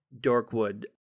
Dorkwood